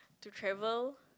to travel